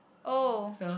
oh